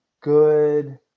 good